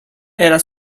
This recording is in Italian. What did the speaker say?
era